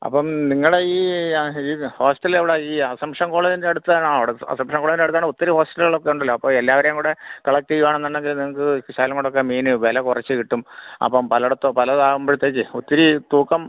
അപ്പം നിങ്ങളുടെ ഈ ഈ ഹോസ്റ്റല് എവിടെയാ ഈ അസംഷം കോളേജിന്റെ അടുത്താണ് അവിടെ അസംഷം കോളേജിന്റെ അടുത്താണെ ഒത്തിരി ഹോസ്റ്റലുകളൊക്കെയുണ്ടല്ലോ അപ്പോൾ എല്ലാവരെയുംകൂടെ കളക്ട് ചെയ്യുവാണെന്നുണ്ടെങ്കിൽ നിങ്ങൾക്ക് ശകലംകൂടെയൊക്കെ മീൻ വില കുറച്ച് കിട്ടും അപ്പം പലയിടത്തെ പലതാകുമ്പോഴത്തേക്കെ ഒത്തിരി തൂക്കം